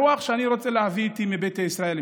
הרוח שאני רוצה להביא איתי מביתא ישראל,